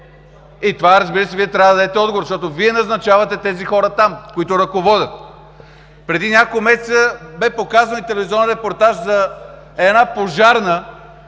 Затова, разбира се, трябва да дадете отговор, защото Вие назначавате тези хора там, които ръководят. Преди няколко месеца бе показан и телевизионен репортаж за една пожарна,